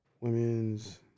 Women's